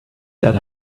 that